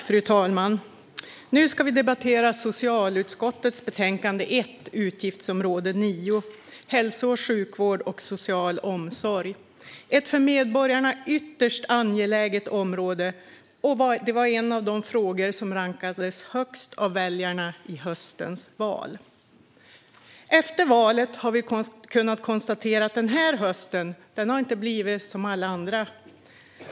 Fru talman! Vi ska nu debattera socialutskottets betänkande SoU1 Utgiftsområde 9 Hälsovård, sjukvård och social omsorg . Det är ett för medborgarna ytterst angeläget område som var en av de frågor som rankades högst av väljarna i höstens val. Efter valet har vi kunnat konstatera att den här hösten inte blev som alla andra.